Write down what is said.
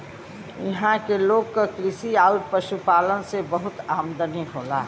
इहां के लोग क कृषि आउर पशुपालन से बहुत आमदनी होला